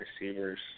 receivers